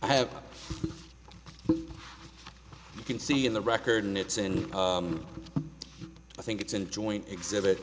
i have you can see in the record in it's in i think it's in joint exhibit